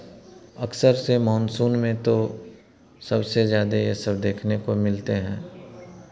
अक्सर से मानसून में तो सबसे ज़्यादे ये सब देखते को मिलते हैं